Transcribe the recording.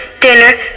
dinner